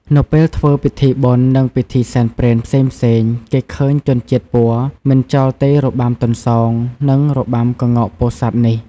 នៅពេលធ្វើពិធីបុណ្យ និងពិធីសែនព្រេនផ្សេងៗ គេឃើញជនជាតិព័រមិនចោលទេរបាំទន្សោង និងរបាំក្ងោកពោធិ៍សាត់នេះ។